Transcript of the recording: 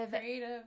Creative